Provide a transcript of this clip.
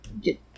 get